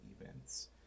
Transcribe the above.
events